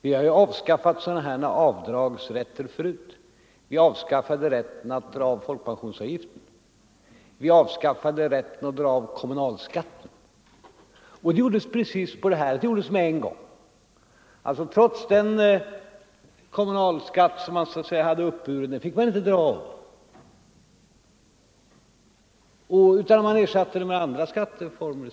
Vi har avskaffat sådana här avdragsrätter förut. Det gäller t.ex. rätten att vid deklarationen dra av folkpensionsavgiften och kommunalskatten. Dessa avdragsrätter ersattes med andra skattereformer.